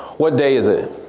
what day is it?